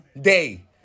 day